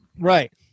Right